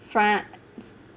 France